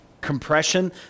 compression